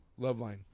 Loveline